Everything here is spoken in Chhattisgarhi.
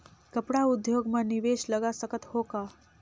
कपड़ा उद्योग म निवेश लगा सकत हो का?